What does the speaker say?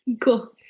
cool